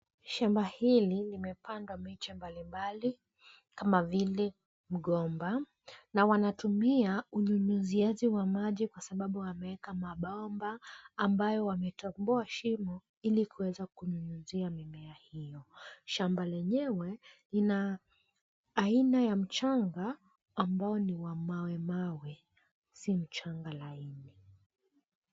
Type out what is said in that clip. Shamba hili limepandwa miche mbali mbali kama vile mgomba na wanatumia unyunyiziaji wa maji kwa sababu wameeka ambayo wametoboa shimo ilikuweza kunyunyizia mimea hio. Shamba lenyewe ina aina ya mchanga ambao ni wa mawe mawe, si mchanga laini.